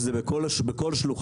שזה בכל שלוחה.